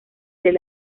del